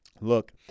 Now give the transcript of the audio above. look